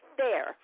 fair